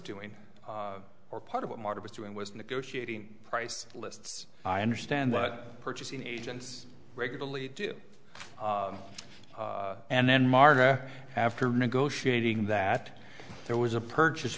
doing or part of what martha was doing was negotiating price lists i understand what purchasing agent regularly do and then marta after negotiating that there was a purchase